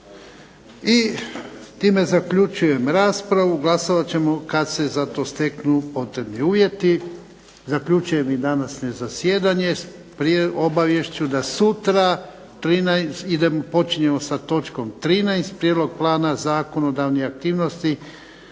I time zaključujem raspravu. Glasovat ćemo kad se za to steknu potrebni uvjeti. Zaključujem i današnje zasjedanje obavješću da sutra počinjemo sa točkom 13. Prijedlog plana zakonodavnih aktivnosti